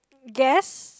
guess